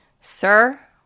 Sir